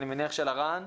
אני מניח של הרן.